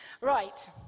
Right